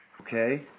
Okay